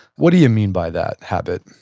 what do you mean by that habit?